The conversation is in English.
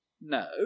No